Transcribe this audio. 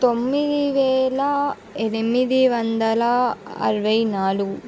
తొమ్మిది వేల ఎనిమిది వందల అరవై నాలుగు